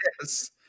yes